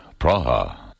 Praha